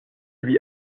lui